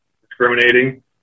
discriminating